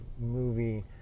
movie